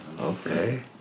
Okay